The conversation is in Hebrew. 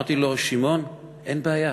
אמרתי לו: שמעון, אין בעיה.